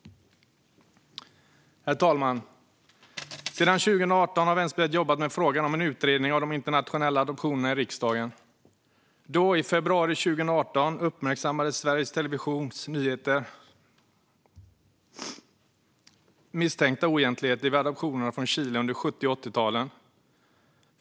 Herr talman! Sedan 2018 har Vänsterpartiet i riksdagen jobbat med frågan om att tillsätta en utredning av de internationella adoptionerna. I februari 2018 uppmärksammade Sveriges Televisions Nyheter misstänkta oegentligheter vid adoptioner från Chile under 1970 och 1980-talen.